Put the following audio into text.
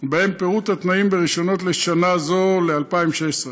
ובהם פירוט התנאים ברישיונות לשנה זו ול-2016.